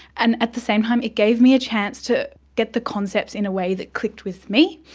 and at the same time it gave me a chance to get the concepts in a way that clicked with me.